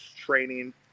training